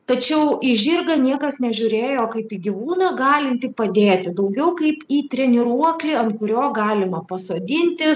tačiau į žirgą niekas nežiūrėjo kaip į gyvūną galintį padėti daugiau kaip į treniruoklį ant kurio galima pasodinti